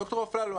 ד"ר אפללו,